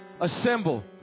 assemble